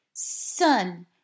Son